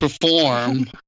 perform